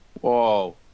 Whoa